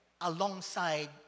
alongside